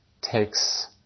takes